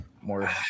More